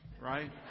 right